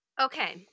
okay